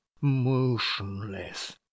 motionless